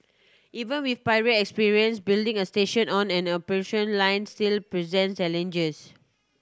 even with prior experience building a station on an operation line still presents challenges